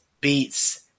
Beats